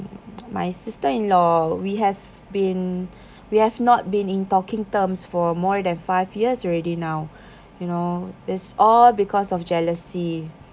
my sister-in-law we have been we have not been in talking terms for more than five years already now you know it's all because of jealousy